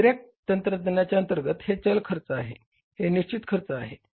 दुसर्या तंत्रज्ञानाच्या अंतर्गत हे चल खर्च आहे हे निश्चित खर्च आहे